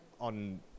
on